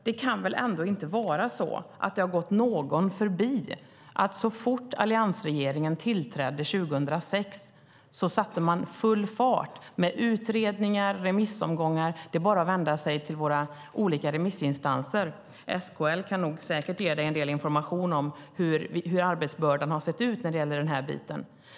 Det kan väl ändå inte ha gått någon förbi att så fort alliansregeringen tillträdde 2006 satte man full fart med utredningar och remissomgångar. Det är bara att vända sig till våra olika remissinstanser. SKL kan säkert ge dig en del information om hur arbetsbördan har sett ut när det gäller denna bit.